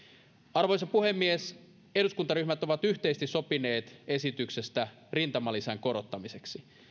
arvoisa puhemies eduskuntaryhmät ovat yhteisesti sopineet esityksestä rintamalisän korottamiseksi